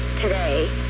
today